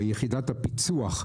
ליחידת הפיצו"ח,